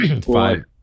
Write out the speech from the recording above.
five